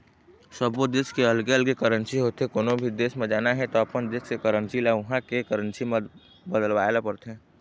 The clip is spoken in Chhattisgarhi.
सब्बो देस के अलगे अलगे करेंसी होथे, कोनो भी देस म जाना हे त अपन देस के करेंसी ल उहां के करेंसी म बदलवाए ल परथे